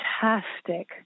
fantastic –